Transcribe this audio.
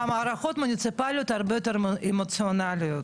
המערכות המוניציפאליות הרבה יותר אמוציונליות,